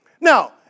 Now